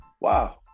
wow